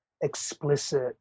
explicit